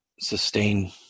sustain